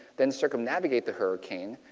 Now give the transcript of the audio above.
then circum navigate the hurricane,